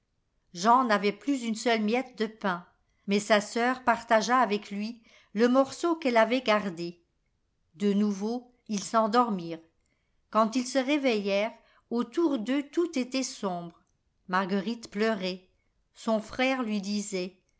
jean n'avait plus une seule miette de pain mais sa sœur partagea avec lui le morceau qu'elle avait gardé de nouveau ils s'endormirent quand ils se réveillèrent autour d'eux tout était sombre marguerite pleurait son frère lui disait